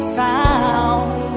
found